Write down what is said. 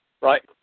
Right